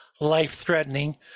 life-threatening